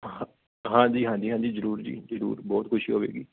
ਹਾਂਜੀ ਹਾਂਜੀ ਹਾਂਜੀ ਜ਼ਰੂਰ ਜੀ ਜ਼ਰੂਰ ਬਹੁਤ ਖੁਸ਼ੀ ਹੋਵੇਗੀ